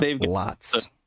lots